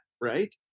right